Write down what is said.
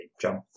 jump